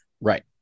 Right